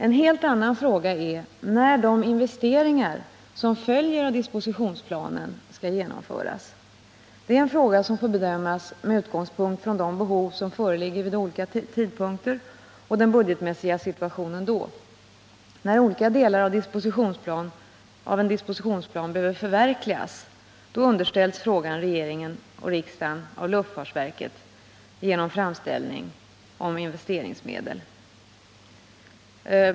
En helt annan fråga är när de investeringar som följer av dispositionsplanen skall genomföras. Det får bedömas med utgångspunkt i de behov som föreligger vid olika tidpunkter och den budgetmässiga situationen då. När olika delar av en dispositionsplan behöver förverkligas underställs frågan regering och riksdag av luftfartsverket genom framställning om investeringsmedel.